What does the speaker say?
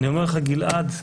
גלעד,